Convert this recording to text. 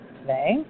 today